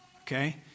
okay